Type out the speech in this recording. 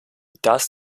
das